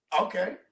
Okay